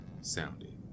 sounded